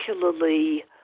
particularly